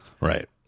Right